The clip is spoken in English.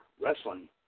wrestling